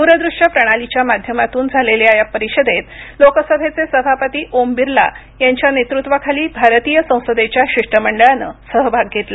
द्र दृश्य प्रणालीच्या माध्यमातून झालेल्या या परिषदेत लोकसभेचे सभापती ओम बिर्ला यांच्या नेतृत्वाखाली भारतीय संसदेच्या शिष्टमंडळानं सहभाग घेतला